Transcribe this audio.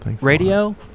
radio